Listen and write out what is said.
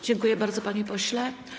Dziękuję bardzo, panie pośle.